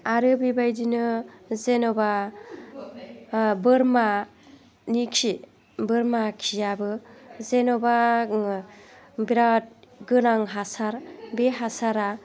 आरो बेबायदिनो जेन'बा बोरमानि खि बोरमा खियाबो जेन'बा बिराद गोनां हासार बे हासारा